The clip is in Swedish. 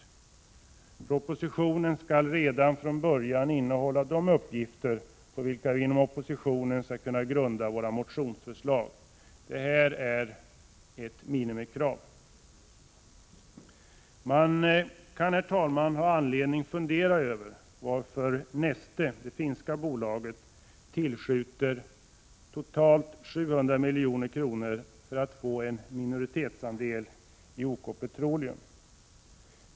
Propositionen skall redan från början innehålla de uppgifter på vilka vi inom oppositionen skall kunna grunda våra motionsförslag. Det är ett minimikrav. Man kan, herr talman, ha anledning att fundera över varför Neste, det finska bolaget, tillskjuter totalt 700 milj.kr. för att få en minoritetsandeli OK Petroleum.